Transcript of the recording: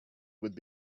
would